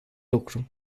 lucru